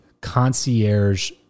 concierge